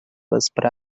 vesprada